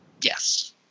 yes